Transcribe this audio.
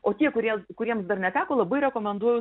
o tie kurie kuriems dar neteko labai rekomenduoju